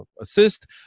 assist